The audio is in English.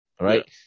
Right